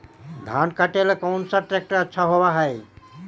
धान कटे ला कौन ट्रैक्टर अच्छा होबा है?